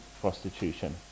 prostitution